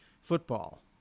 football